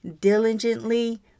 diligently